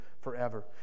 forever